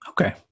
Okay